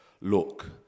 look